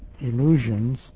illusions